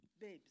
Babes